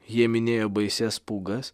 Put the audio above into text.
jie minėjo baisias pūgas